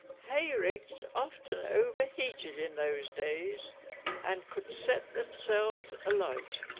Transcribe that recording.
hay ricks often overheated in those days and could set themselves alight